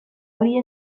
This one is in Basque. hori